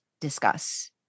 discuss